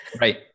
Right